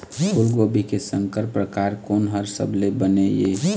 फूलगोभी के संकर परकार कोन हर सबले बने ये?